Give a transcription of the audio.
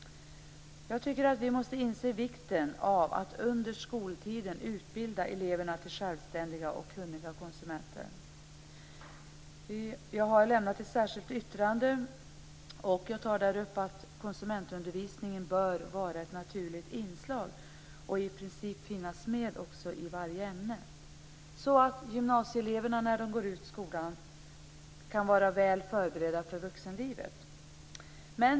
Jag tycker att vi måste inse vikten av att under skoltiden utbilda eleverna till självständiga och kunniga konsumenter. Jag har formulerat ett särskilt yttrande där jag tar upp att konsumentundervisningen bör vara ett naturligt inslag och i princip finnas med i varje ämne, så att gymnasieeleverna när de går ut skolan kan vara väl förberedda för vuxenlivet.